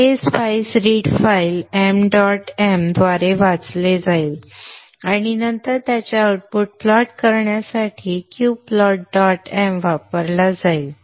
हे spice read file m dot m द्वारे वाचले जाईल आणि नंतर त्यांचे आउटपुट प्लॉट करण्यासाठी q प्लॉट डॉट m वापरला जाईल